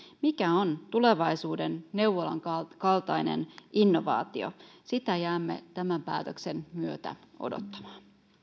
mikä on tulevaisuuden neuvolan kaltainen innovaatio sitä jäämme tämän päätöksen myötä odottamaan